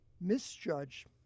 misjudge